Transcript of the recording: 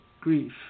grief